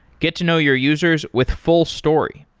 get to know your users with fullstory.